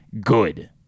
good